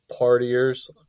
partiers